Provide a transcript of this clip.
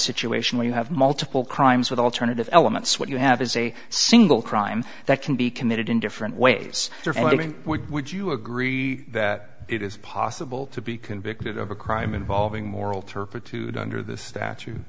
situation where you have multiple crimes with alternative elements what you have is a single crime that can be committed in different ways what would you agree that it is possible to be convicted of a crime involving moral turpitude under this statu